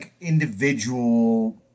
individual